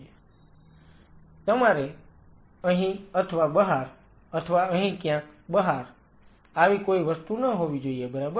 Refer Time 0558 તમારે અહીં અથવા બહાર અથવા અહીં ક્યાંક બહાર આવી કોઈ વસ્તુ ન હોવી જોઈએ બરાબર